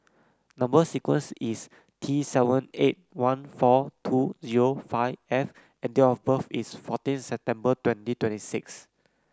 number sequence is T seven eight one four two zero five F and date of birth is fourteen September twenty twenty six